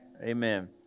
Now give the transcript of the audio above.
Amen